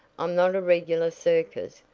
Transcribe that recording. i'm not a regular circus.